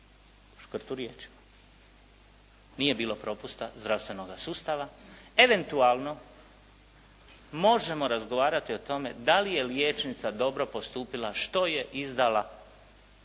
Škrt u riječima. Nije bilo propusta zdravstvenoga sustava. Eventualno možemo razgovarati o tome da li je liječnica dobro postupila što je izdala